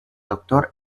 doctor